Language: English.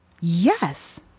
Yes